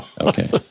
Okay